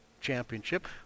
Championship